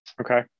okay